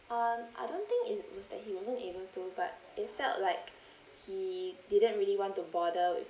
um I don't think it was that he wasn't able to but it felt like he didn't really want to bother with